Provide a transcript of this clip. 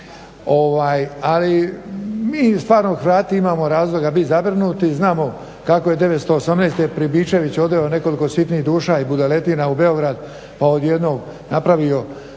Ali mi stvarno Hrvati imamo razloga biti zabrinuti, znamo kako je '918. Pribičević odveo nekoliko sitnih duša i budaletina u Beograd pa od jednog napravio